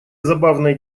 забавной